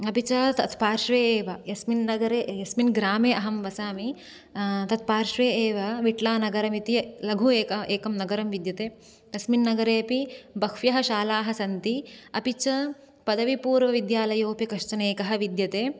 अपि च तत्पार्श्वे एव यस्मिन् नगरे यस्मिन् ग्रामे अहं वसामि तत्पार्श्वे एव विट्ला नगरमिति लघु एकः एकं नगरं विद्यते तस्मिन् नगरेऽपि बह्व्यः शालाः सन्ति अपि च पदवीपूर्वविद्यालयोऽपि कश्चन एकः विद्यते